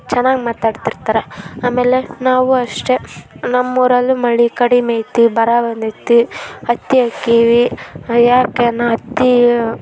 ಚೆನ್ನಾಗ್ ಮಾತಾಡ್ತಿರ್ತಾರೆ ಆಮೇಲೆ ನಾವು ಅಷ್ಟೇ ನಮ್ಮೂರಲ್ಲೂ ಮಳೆ ಕಡಿಮೆ ಇದೆ ಬರ ಬಂದಿದೆ ಹತ್ತಿ ಹಾಕೀವೀ ಯಾಕಾನಾ ಹತ್ತಿಯ